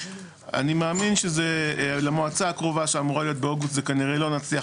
אני מאמין שזה למועצה הקרובה שאמורה להיות באוגוסט כנראה לא נצליח.